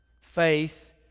Faith